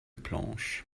planches